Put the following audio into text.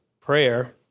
prayer